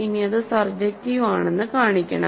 ഇനി അത് സർജെക്ടിവ് ആണെന്ന് കാണിക്കണം